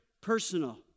personal